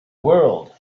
world